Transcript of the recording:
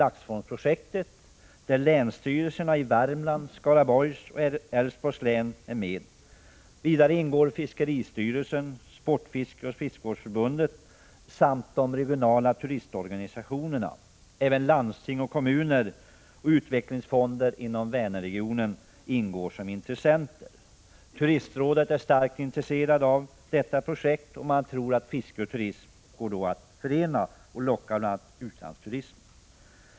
I detta projekt ingår länsstyrelserna i Värmlands, Skaraborgs och Älvsborgs län. Vidare deltar fiskeristyrelsen, Sportfiskeoch fiskevårdsförbundet samt de regionala turistorganisationerna. Även landsting, kommuner och utvecklingsfonder inom Vänerregionen ingår som intressenter. Turistrådet är starkt intresserat av detta projekt. Man tror att fiske och turism går att förena och att man därigenom skall kunna locka utländska turister.